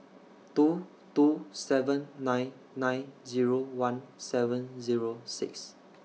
two two seven nine nine Zero one seven Zero six